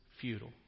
futile